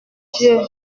dieu